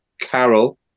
Carol